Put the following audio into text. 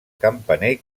campaner